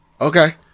Okay